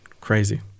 crazy